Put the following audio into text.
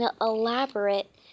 elaborate